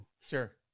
Sure